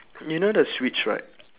you know the switch right